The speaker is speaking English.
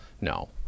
No